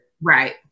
Right